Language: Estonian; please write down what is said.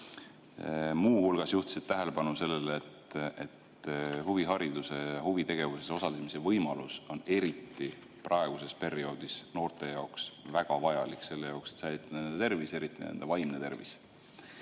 muu hulgas juhtisid tähelepanu sellele, et huvihariduses ja huvitegevuses osalemise võimalus on eriti praegusel perioodil noorte jaoks väga vajalik, et säilitada nende tervis, eriti nende vaimne tervis.